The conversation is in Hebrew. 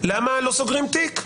למה לא סוגרים תיק?